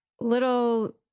little